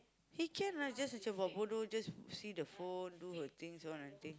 he can lah just macam buat bodoh just see the phone do her things all nothing